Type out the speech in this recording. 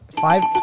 Five